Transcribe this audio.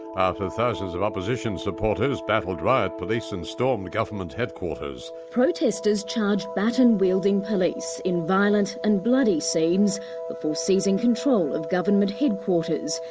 after thousands of opposition supporters battled riot police and stormed government headquarters. protesters charged baton-wielding police in violent and bloody scenes before seizing control of government headquarters.